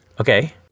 Okay